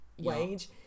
wage